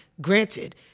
Granted